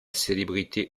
célébrité